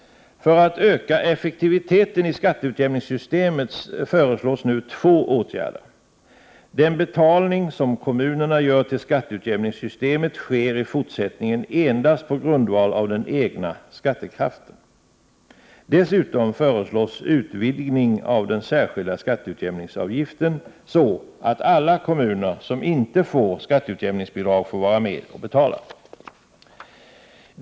För att öka effektiviteten i skatteutjämningssystemet föreslås nu två åtgärder. Den betalning som kommunerna gör till skatteutjämningssystemet sker fortsättningen endast på grundval av den egna skattekraften. Dessutom föreslås utvidgning av den särskilda skatteutjämningsavgiften så, att alla kommuner som inte får skatteutjämningsbidrag får vara med och betala.